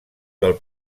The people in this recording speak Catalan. del